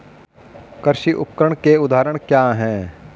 कृषि उपकरण के उदाहरण क्या हैं?